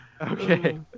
Okay